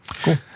Cool